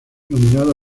nominado